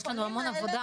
יש לנו המון עבודה.